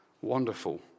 wonderful